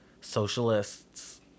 socialists